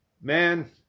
man